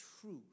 truth